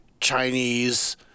Chinese